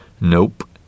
Nope